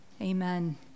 Amen